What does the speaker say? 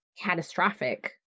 catastrophic